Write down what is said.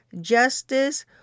justice